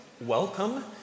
welcome